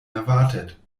erwartet